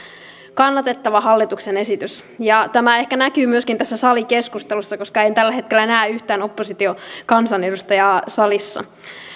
kannatettava hallituksen esitys tämä ehkä näkyy myöskin tässä salikeskustelussa koska en tällä hetkellä näe yhtään oppositiokansanedustajaa salissa